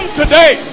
today